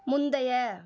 முந்தைய